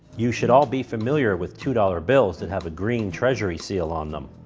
you should all be familiar with two dollars bills that have a green treasury seal on them.